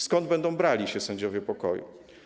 Skąd będą brali się sędziowie pokoju?